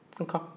Okay